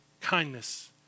kindness